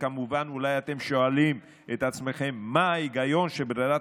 ואולי אתם שואלים את עצמכם מה ההיגיון שברירת